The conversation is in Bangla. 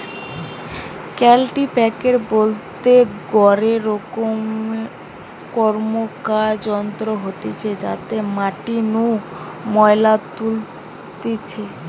কাল্টিপ্যাকের বলতে গটে রকম র্কমকার যন্ত্র হতিছে যাতে মাটি নু ময়লা তুলতিছে